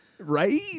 right